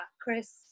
Chris